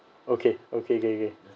okay okay okay okay